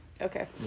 okay